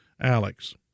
alex